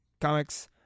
comics